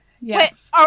Yes